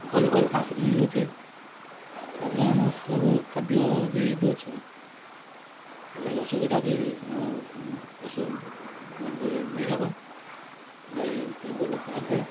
ଭଲ୍ ଭଲ୍ ଘାସ୍ ମିଳୁଛେ ତା'ପରେ ଆମ୍ ସବୁ ଖାଦ୍ୟ ବି ଦଉଛୁଁ ସୁବିଦା ବି ଆମ୍ ପଶୁ ମାନ୍ଙ୍କେ ନେଇ ହେବା ଗାଈ କି ବଲଦ୍ ମାନ୍କେ